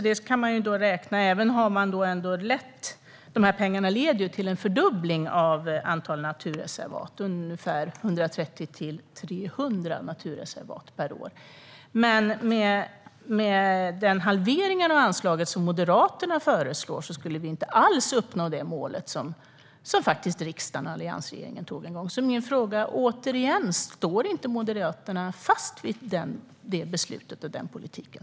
Pengarna leder ändå till en fördubbling av antalet naturreservat från 130 till ungefär 300 per år. Med den halvering av anslaget som Moderaterna föreslår skulle vi inte alls uppnå det mål som riksdagen och alliansregeringen faktiskt beslutade om en gång. Min fråga blir återigen: Står inte Moderaterna fast vid det beslutet och den politiken?